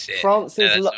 France's